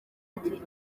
ati